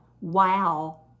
Wow